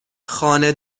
خانه